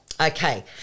Okay